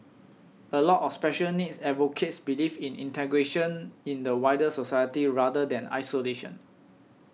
a lot of special needs advocates believe in integration in the wider society rather than isolation